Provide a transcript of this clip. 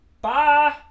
Bye